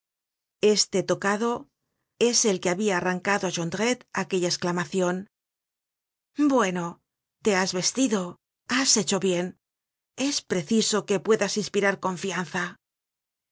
este tocado es el que habia arrancado á jon drette aquella esclamacion bueno te has vestido has hecho bien es preciso que puedas inspirar confianza